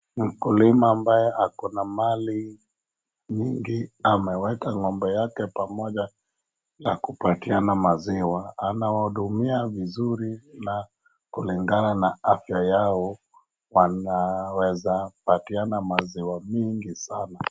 Mkulima ambaye ako na mali mingi ameweka ng'ombe yake pamoja na kupatiana maziwa, anawahudumia vizuri na kulingana na afya zao wanaezapatiana maziwa mingi sana.